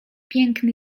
piękny